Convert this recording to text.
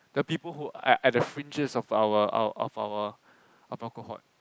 the people who are at the fringes of our of our cohort